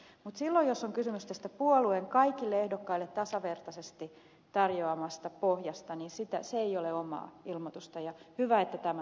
mutta silloin jos on kysymys tästä puolueen kaikille ehdokkaille tasavertaisesti tarjoamasta pohjasta niin se ei ole omaa ilmoitusta ja hyvä että tämä